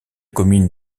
communes